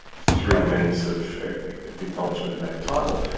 through the means of the acknowledgement of native title,